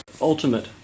ultimate